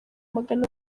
magana